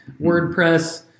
WordPress